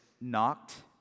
knocked